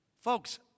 Folks